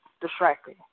distracting